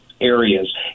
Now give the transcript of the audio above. areas